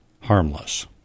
harmless